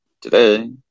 today